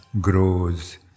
grows